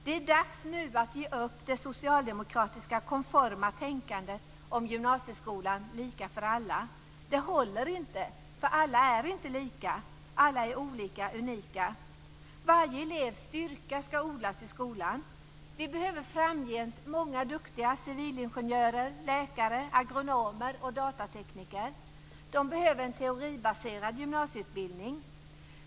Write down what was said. Det är nu dags att ge upp det socialdemokratiska konforma tänkandet om gymnasieskolan lika för alla. Det håller inte, för alla är inte lika. Alla är olika - unika. Varje elevs styrka ska odlas i skolan. Vi behöver framgent många duktiga civilingenjörer, läkare, agronomer och datatekniker. De behöver en teoribaserad gymnasieutbildning.